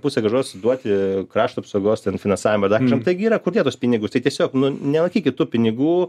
puse grąžos duoti krašto apsaugos finansavimą ar dar kažkam taigi yra kur dėt tuos pinigus tai tiesiog nelaikykit tų pinigų